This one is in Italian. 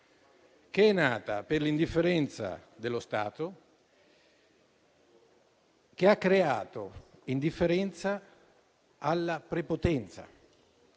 che è nata per l'indifferenza dello Stato e che ha creato indifferenza alla prepotenza.